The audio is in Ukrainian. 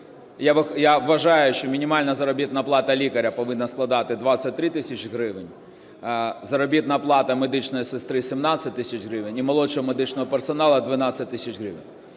Я вважаю, що мінімальна заробітна плата лікаря повинна складати 23 тисячі гривень, заробітна плата медичної сестри – 17 тисяч гривень і молодшого медичного персоналу – 12 тисяч гривень.